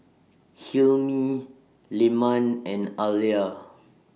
Hilmi Leman and Alya